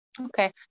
Okay